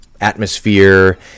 atmosphere